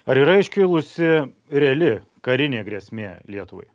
ar yra iškilusi reali karinė grėsmė lietuvai